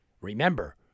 Remember